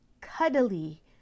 cuddly